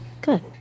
good